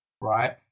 right